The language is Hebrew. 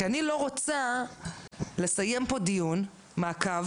כי אני לא רוצה לסיים פה דיון מעקב